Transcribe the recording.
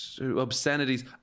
obscenities